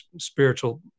spiritual